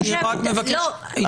אני רק מבקש --- לא,